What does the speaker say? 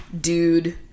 dude